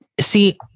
see